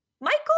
Michael